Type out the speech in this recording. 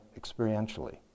experientially